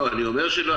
אני אומר שלא,